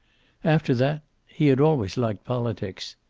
after that he had always liked politics.